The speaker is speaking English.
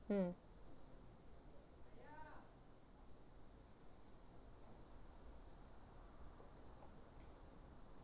mm